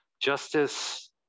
justice